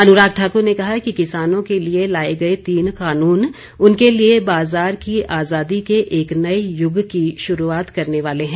अनुराग ठाकुर ने कहा कि किसानों के लिए लाए गए तीन कानून उनके लिए बाजार की आजादी के एक नए युग की शुरूआत करने वाले हैं